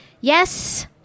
Yes